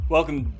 Welcome